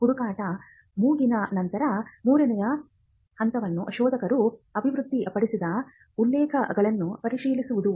ಹುಡುಕಾಟ ಮುಗಿದ ನಂತರ ಮೂರನೆಯ ಹಂತವು ಶೋಧಕನು ಅಭಿವೃದ್ಧಿಪಡಿಸಿದ ಉಲ್ಲೇಖಗಳನ್ನು ಪರಿಶೀಲಿಸುವುದು